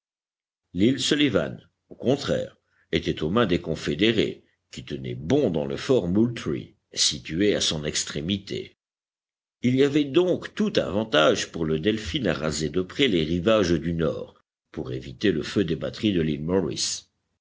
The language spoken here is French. l'île sullivan au contraire était aux mains des confédérés qui tenaient bon dans le fort moultrie situé à son extrémité il y avait donc tout avantage pour le delphin à raser de près les rivages du nord pour éviter le feu des batteries de